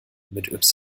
mit